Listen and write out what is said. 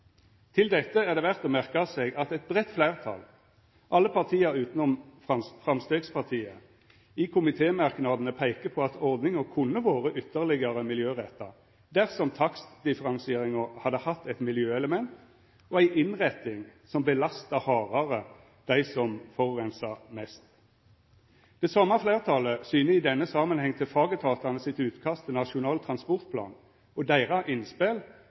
Til dette er det verdt å merka seg at eit breitt fleirtal, alle partia utanom Framstegspartiet, i komitémerknadene peikar på at ordninga kunne ha vore ytterlegare miljøretta dersom takstdifferensieringa hadde hatt eit miljøelement og ei innretting som belasta hardare dei som forureinar mest. Det same fleirtalet syner i denne samanhengen til fagetatane sitt utkast til Nasjonal transportplan og deira innspel